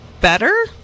better